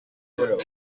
juego